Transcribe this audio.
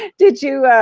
did you,